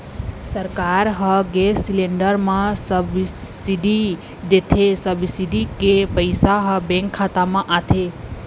सरकार ह gas cylinder म सब्सिडी देथे, सब्सिडी के पइसा ह बेंक खाता म आथे